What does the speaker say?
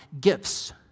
gifts